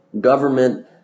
government